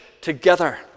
together